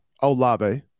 olave